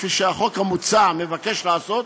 כפי שהחוק המוצע מבקש לעשות,